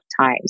times